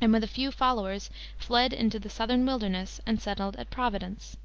and with a few followers fled into the southern wilderness, and settled at providence.